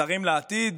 שרים לעתיד